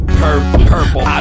purple